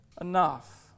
enough